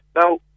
Now